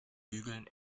bügeln